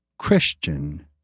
Christian